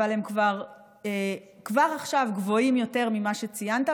אבל הם כבר עכשיו גבוהים יותר ממה שציינת,